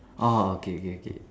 orh okay okay okay